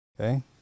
Okay